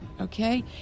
okay